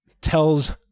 Tells